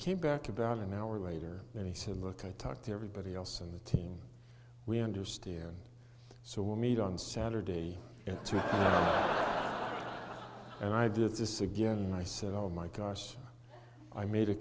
came back about an hour later and he said look i talk to everybody else on the team we understand so we'll meet on saturday to hang in there and i did this again and i said oh my gosh i made a